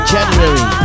January